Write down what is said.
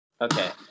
Okay